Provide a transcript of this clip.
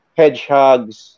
hedgehogs